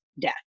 death